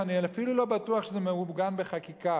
ואני אפילו לא בטוח שזה מעוגן בחקיקה,